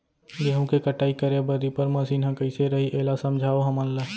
गेहूँ के कटाई करे बर रीपर मशीन ह कइसे रही, एला समझाओ हमन ल?